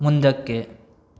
ಮುಂದಕ್ಕೆ